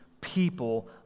people